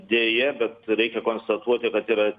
deja bet reikia konstatuoti kad yra